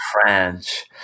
French